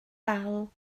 dal